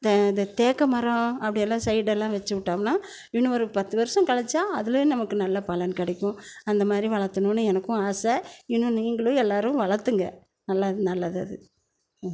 த இது தேக்கு மரம் அப்படியெல்லாம் சைடெல்லாம் வெச்சு விட்டோம்னா இன்னும் ஒரு பத்து வருஷம் கழித்தா அதுலையும் நமக்கு நல்ல பலன் கிடைக்கும் அந்த மாதிரி வளர்தணுன்னு எனக்கும் ஆசை இன்னும் நீங்களும் எல்லோரும் வளர்துங்க நல்ல நல்லது அது ம்